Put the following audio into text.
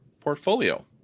portfolio